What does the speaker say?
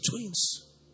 twins